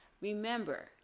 Remember